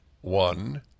One